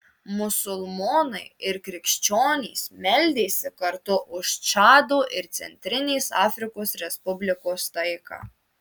musulmonai ir krikščionys meldėsi kartu už čado ir centrinės afrikos respublikos taiką